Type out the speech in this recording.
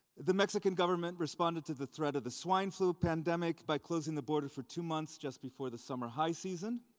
the mexican government responded to the threat of the swine flu pandemic by closing the border for two months just before the summer high season.